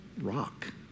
rock